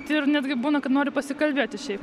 tir netgi būna kad nori pasikalbėti šiai